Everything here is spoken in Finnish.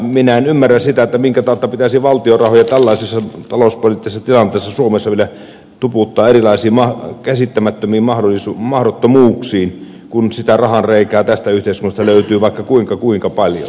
minä en ymmärrä sitä minkä tautta pitäisi valtion rahoja tällaisissa talouspoliittisessa tilanteessa suomessa vielä tuputtaa erilaisiin käsittämättömiin mahdottomuuksiin kun sitä rahanreikää tästä yhteiskunnasta löytyy vaikka kuinka kuinka paljon